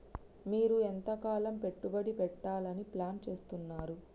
మీరు ఎంతకాలం పెట్టుబడి పెట్టాలని ప్లాన్ చేస్తున్నారు?